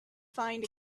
find